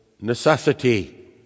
Necessity